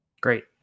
Great